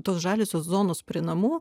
tos žaliosios zonos prie namų